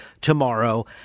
tomorrow